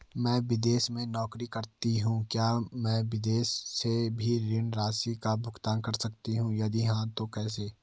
मैं विदेश में नौकरी करतीं हूँ क्या मैं विदेश से भी ऋण राशि का भुगतान कर सकती हूँ यदि हाँ तो कैसे?